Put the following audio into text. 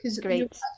great